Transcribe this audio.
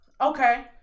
Okay